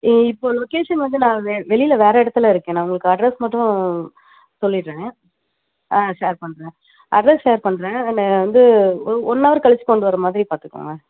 இ இப்போது லொகேஷன் வந்து நான் வெ வெளியில் வேறு இடத்துல இருக்கேன் நான் உங்களுக்கு அட்ரஸ் மட்டும் சொல்லிடுறேன் ஆ ஷேர் பண்ணுறேன் அட்ரஸ் ஷேர் பண்ணுறேன் நான் வந்து ஓ ஒன் ஹவர் கழித்து கொண்டு வர மாதிரி பார்த்துக்கோங்க